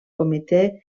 comitè